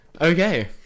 okay